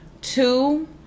Two